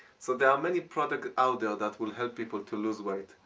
so there are many products out there that will help people to lose weight.